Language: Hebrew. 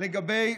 לגבי